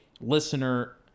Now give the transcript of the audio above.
listener